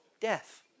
death